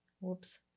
Whoops